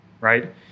right